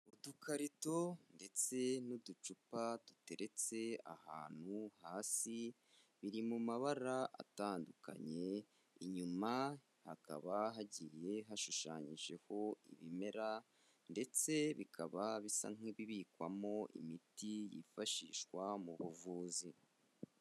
Udukarito ndetse n'uducupa duteretse ahantu hasi, biri mu mabara atandukanye, inyuma hakaba hagiye hashushanyijeho ibimera ndetse bikaba bisa nk'ibibikwamo imiti yifashishwa mu buvuzi.